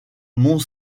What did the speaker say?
mont